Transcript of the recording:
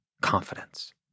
confidence